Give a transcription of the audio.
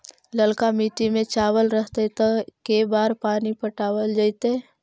ललका मिट्टी में चावल रहतै त के बार पानी पटावल जेतै?